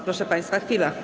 Proszę państwa, chwila.